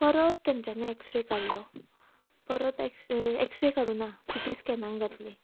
परत तेंच्यांनी एक्सरे काडलो परत एक्स एक्सरे काडुना सी टी स्कॅनाक घातली